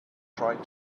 trying